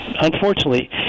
Unfortunately